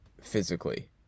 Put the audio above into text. physically